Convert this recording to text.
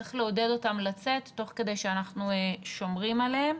צריך לעודד אותם לצאת תוך כדי שאנחנו שומרים עליהם.